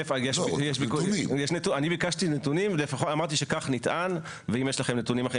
למשל לגבי הדרכונים הזמניים נאמר רק שבנסיבות מאוד חריגות